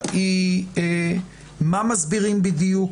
היא מה מסבירים בדיוק.